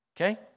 okay